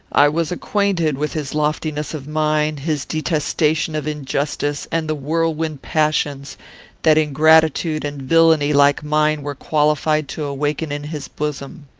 i was acquainted with his loftiness of mind his detestation of injustice, and the whirlwind passions that ingratitude and villany like mine were qualified to awaken in his bosom.